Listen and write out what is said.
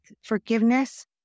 Forgiveness